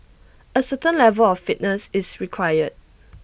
A certain level of fitness is required